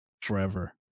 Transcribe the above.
forever